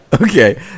Okay